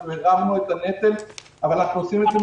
הרמנו את הנטל אבל אנחנו עושים את זה